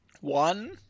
one